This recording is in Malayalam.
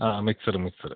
ആ മിക്സര് മിക്സര്